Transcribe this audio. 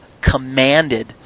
commanded